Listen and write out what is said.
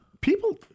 people